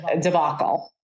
debacle